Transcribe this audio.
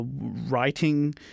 writing